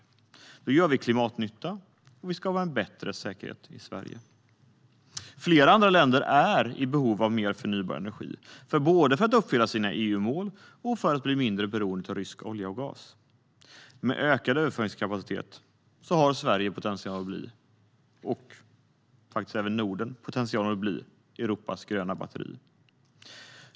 Då gör vi klimatnytta och skapar en bättre säkerhet i Sverige. Flera andra länder är i behov av mer förnybar energi, både för att uppfylla sina EU-mål och för att bli mindre beroende av rysk olja och gas. Med ökad överföringskapacitet har Sverige och även Norden därför potential att bli Europas gröna batteri.